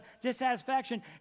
dissatisfaction